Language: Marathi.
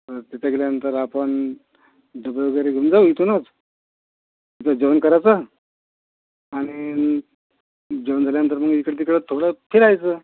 तिथे गेल्यानंतर आपन डबे वगैरे घेऊन जाऊ इथूनच तिथं जेवन करायचं आनि जेवन झाल्यानंतर मग इकडे तिकडे थोडं फिरायचं